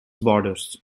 borders